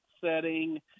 setting –